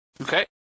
Okay